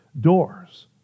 doors